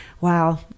Wow